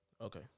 Okay